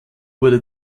wurde